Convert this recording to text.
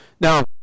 Now